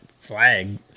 flag